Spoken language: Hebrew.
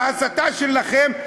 בהסתה שלכם,